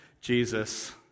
Jesus